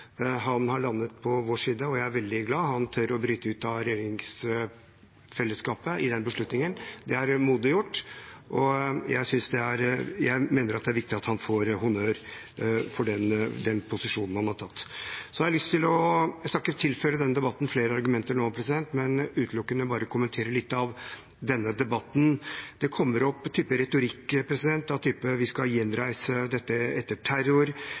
Han har landet på vår side, og jeg er veldig glad. Han tør å bryte ut av regjeringsfellesskapet med den beslutningen. Det er modig gjort, og jeg mener det er viktig at han får honnør for den posisjonen han har tatt. Jeg skal ikke tilføre denne debatten flere argumenter nå, men utelukkende kommentere litt av den. Det kommer opp retorikk av typen: Vi skal gjenreise dette etter terror,